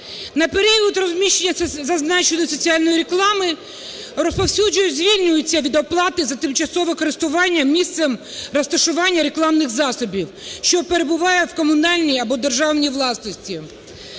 На період розміщення зазначеної соціальної реклами розповсюджувачі звільнюються від оплати за тимчасове користування місцем розташування рекламних засобів, що перебуває у комунальній або державній власності.